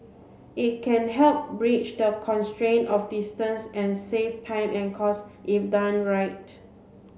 it can help bridge the constraints of distance and save time and costs if done right